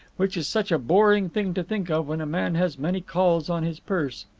which is such a boring thing to think of when a man has many calls on his purse.